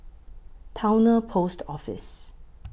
Towner Post Office